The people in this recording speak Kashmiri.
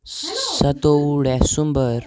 سَتووُہ ڈیسُمبَر